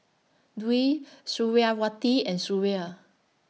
Dwi Suriawati and Suria